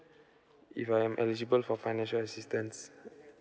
if I'm eligible for financial assistance